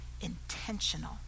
intentional